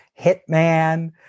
Hitman